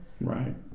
right